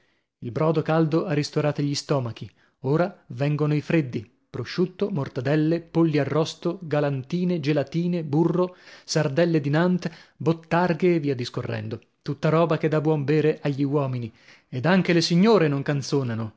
il brodo caldo ha ristorati gli stomachi ora vengono i freddi prosciutto mortadelle polli arrosto galantine gelatine burro sardelle di nantes bottarghe e via discorrendo tutta roba che dà buon bere agli uomini ed anche le signore non canzonano